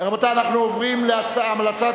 רבותי, אנחנו עוברים להמלצת,